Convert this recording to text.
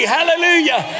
Hallelujah